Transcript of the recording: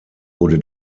wurde